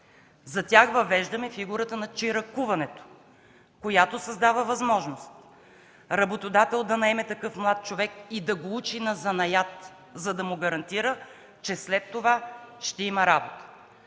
За тях въвеждаме фигурата на чиракуването, която създава възможност работодател да наеме такъв млад човек и да го учи на занаят, за да му гарантира, че след това ще има работа.